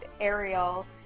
Ariel